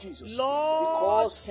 lord